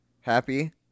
happy